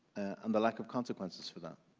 and the lack of consequences for that.